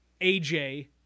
AJ